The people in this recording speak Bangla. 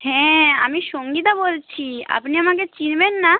হ্যাঁ আমি সঙ্গীতা বলছি আপনি আমাকে চিনবেন না